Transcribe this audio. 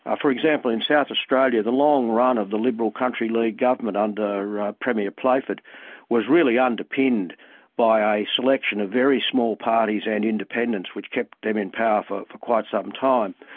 ah for example, in south australia, the long run of the liberal-country league government under premier playford was really underpinned by a selection of very small parties and independents, which kept them in power ah for quite some time.